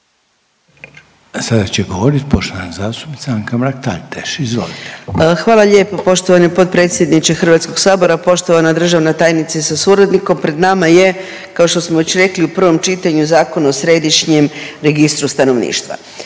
Sada će govoriti poštovana zastupnica Anka Mrak-Taritaš, izvolite. **Mrak-Taritaš, Anka (GLAS)** Hvala lijepo poštovani potpredsjedniče Hrvatskog sabora, poštovana državna tajnice sa suradnikom. Pred nama je kao što smo već rekli u prvom čitanju Zakon o središnjem registru stanovništva.